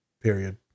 period